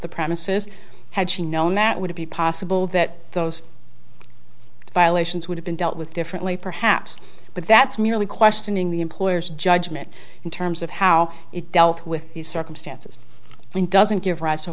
the premises had she known that would it be possible that those violations would have been dealt with differently perhaps but that's merely questioning the employer's judgment in terms of how it dealt with these circumstances and doesn't give r